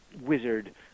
wizard